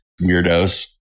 weirdos